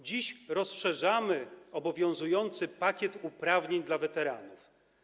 Dziś rozszerzamy obowiązujący pakiet uprawnień dla weteranów.